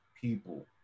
people